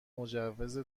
مجوز